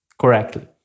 Correctly